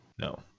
No